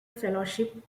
fellowship